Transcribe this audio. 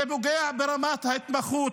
זה פוגע ברמת ההתמחות,